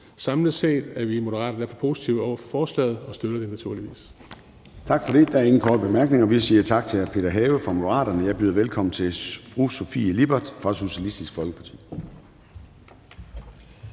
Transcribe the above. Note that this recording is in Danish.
Samlet set er vi i Moderaterne derfor positive over for forslaget og støtter det naturligvis. Kl. 10:45 Formanden (Søren Gade): Tak for det. Der er ingen korte bemærkninger. Vi siger tak til hr. Peter Have fra Moderaterne. Jeg byder velkommen til fru Sofie Lippert fra Socialistisk Folkeparti.